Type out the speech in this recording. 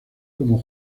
como